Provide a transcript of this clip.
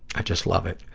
i just love it.